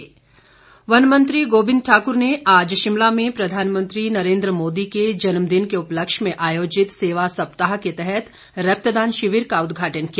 गोविंद ठाकुर वन मंत्री गोविंद ठाकुर ने आज शिमला में प्रधानमंत्री नरेन्द्र मोदी के जन्मदिन के उपलक्ष्य में आयोजित सेवा सप्ताह के तहत रक्तदान शिविर का उद्घाटन किया